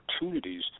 opportunities